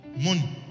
Money